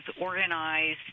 organized